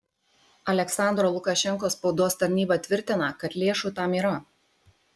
aliaksandro lukašenkos spaudos tarnyba tvirtina kad lėšų tam yra